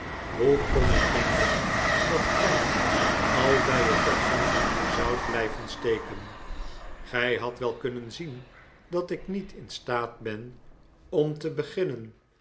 hoe kon ik denken dat gij al bij het begin zoudt blijven steken gij hadt wel kunnen zien dat ik niet in staat ben om te beginnen